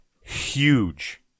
huge